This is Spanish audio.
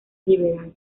liberal